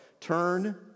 Turn